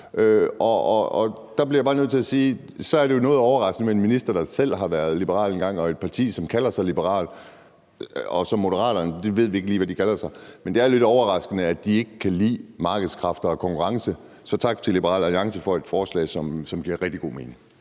Jeg bliver bare nødt til at sige, at det jo er noget overraskende, at en minister, der selv har været liberal engang og medlem af et parti, som kalder sig liberalt – så er der så Moderaterne; dem ved vi ikke lige hvad kalder sig – ikke kan lide markedskræfter og konkurrence. Så tak til Liberal Alliance for et forslag, som giver rigtig god mening.